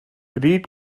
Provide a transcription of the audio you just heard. reed